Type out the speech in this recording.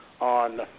on